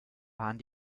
waren